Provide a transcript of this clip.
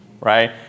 right